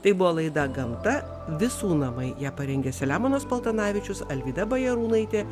tai buvo laida gamta visų namai ją parengė selemonas paltanavičius alvyda bajarūnaitė